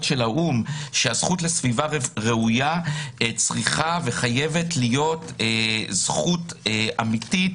של האו"ם שהזכות לסביבה ראויה צריכה וחייבת להיות זכות אמיתית,